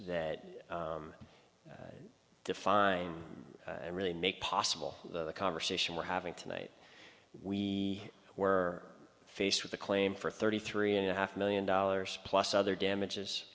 that define and really make possible the conversation we're having tonight we were faced with a claim for thirty three and a half million dollars plus other damages